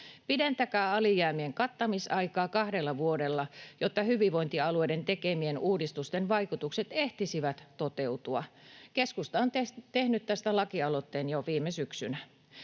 Pidentäkää alijäämien kattamisaikaa kahdella vuodella, jotta hyvinvointialueiden tekemien uudistusten vaikutukset ehtisivät toteutua. Keskusta on tehnyt tästä lakialoitteen jo viime syksynä.